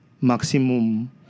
maximum